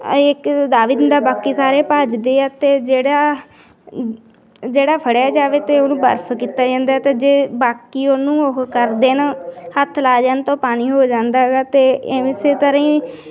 ਇੱਕ ਦਾਵੀ ਦਿੰਦਾ ਬਾਕੀ ਸਾਰੇ ਭੱਜਦੇ ਆ ਅਤੇ ਜਿਹੜਾ ਜਿਹੜਾ ਫੜਿਆ ਜਾਵੇ ਅਤੇ ਉਹਨੂੰ ਬਰਫ ਕੀਤਾ ਜਾਂਦਾ ਅਤੇ ਜੇ ਬਾਕੀ ਉਹਨੂੰ ਉਹ ਕਰ ਦੇਣ ਹੱਥ ਲਾ ਜਾਣ ਤਾਂ ਉਹ ਪਾਣੀ ਹੋ ਜਾਂਦਾ ਹੈਗਾ ਅਤੇ ਇਵੇਂ ਇਸੇ ਤਰ੍ਹਾਂ ਹੀ